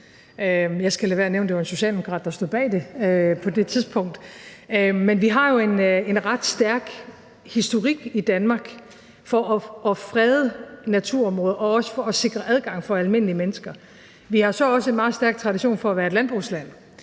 jeg skal lade være med at nævne, at det var en socialdemokrat, der stod bag det på det tidspunkt. Men vi har jo en ret stærk historik i Danmark for at frede naturområder og også for at sikre adgang for almindelige mennesker. Vi har så også en meget stærk tradition for at være et landbrugsland,